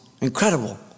Incredible